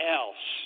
else